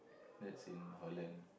that's in Holland